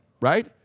Right